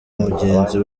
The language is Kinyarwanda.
mugenzi